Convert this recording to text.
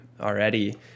already